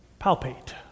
Palpate